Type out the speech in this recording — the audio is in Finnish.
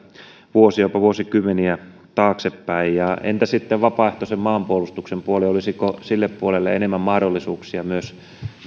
vuosia jopa vuosikymmeniä taaksepäin entä sitten vapaaehtoisen maanpuolustuksen puoli olisiko myös sille puolelle enemmän mahdollisuuksia